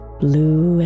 blue